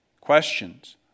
Questions